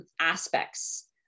aspects